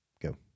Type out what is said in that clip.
Go